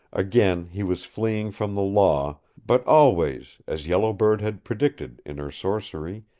again he was fleeing from the law, but always, as yellow bird had predicted in her sorcery,